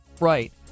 Right